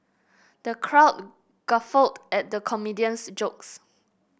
the crowd guffawed at the comedian's jokes